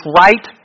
right